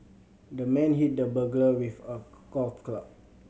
the man hit the burglar with a golf club